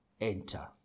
enter